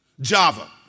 Java